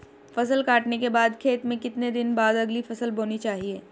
फसल काटने के बाद खेत में कितने दिन बाद अगली फसल बोनी चाहिये?